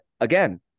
Again